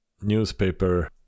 newspaper